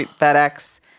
FedEx